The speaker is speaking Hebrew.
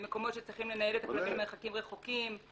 במקומות שצריכים לנהל את הדברים במרחקים רחוקים,